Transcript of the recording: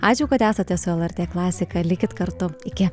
ačiū kad esate su lrt klasika likit kartu iki